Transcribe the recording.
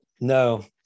no